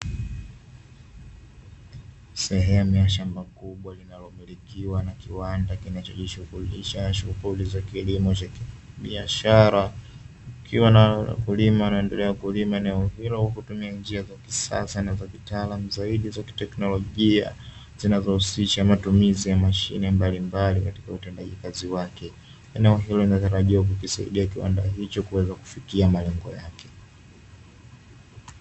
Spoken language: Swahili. Sehemu ya shamba kubwa linalomilikiwa na kiwanda kinachojishughulisha na shughuli za kilimo za kibiashara, kukiwa na wakulima wanaoendelea kulima eneo hilo kwa kutumia njia za kisasa na za kitaalamu zaidi za teknolojia; zinazohusisha matumizi ya mashine mbalimbali katika utendaji kazi wake. Eneo hilo linatarajiwa kukisaidia kiwanda hicho kuweza kufikia malengo yake.